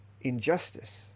injustice